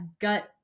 gut